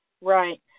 Right